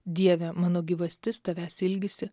dieve mano gyvastis tavęs ilgisi